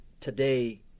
today